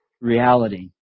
reality